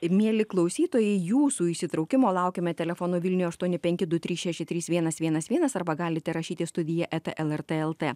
mieli klausytojai jūsų įsitraukimo laukiame telefonu vilniuje aštuoni penki du trys šeši trys vienas vienas vienas arba galite rašyti studija eta lrt lt